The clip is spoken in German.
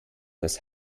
das